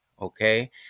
Okay